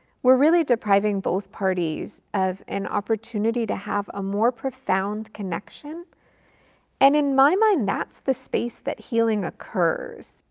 we're really depriving both parties of an opportunity to have a more profound connection and in my mind that's the space that healing occurs.